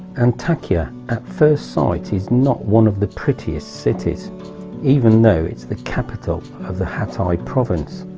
antakya at first sight is not one of the prettiest cities even though it's the capital of the hatay like province.